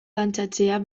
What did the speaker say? dantzatzea